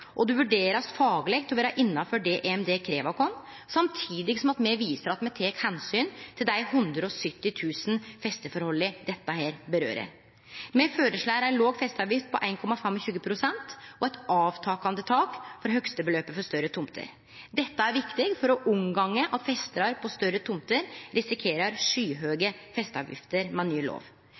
Det blir vurdert fagleg til å vere innanfor det EMD krev av oss, samtidig som me viser at me tek omsyn til dei 170 000 festeforholda dette får konsekvensar for. Me føreslår ei låg festeavgift, på 1,25 pst., og eit avtakande tak for høgstebeløpet for større tomter. Dette er viktig for å unngå at festarar på større tomter risikerer skyhøge festeavgifter med